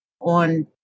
on